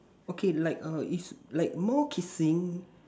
okay like err is like more kissing